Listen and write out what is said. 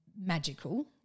magical